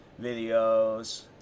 videos